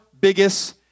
biggest